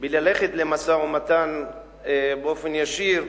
ללכת למשא-ומתן ישיר,